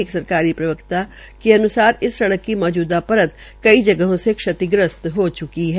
एक सरकारी प्रवक्ता के अन्सार इस सडक़ की मौजूदा परत कई जगहों से क्षतिग्रस्त हो च्की है